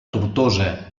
tortosa